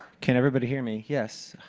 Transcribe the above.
can everybody hear me? yes.